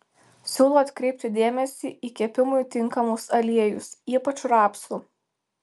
siūlau atkreipti dėmesį į kepimui tinkamus aliejus ypač rapsų